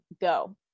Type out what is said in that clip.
Go